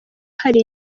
hari